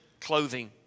clothing